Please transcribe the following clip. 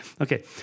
Okay